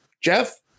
Jeff